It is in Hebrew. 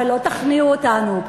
אבל לא תכניעו אותנו.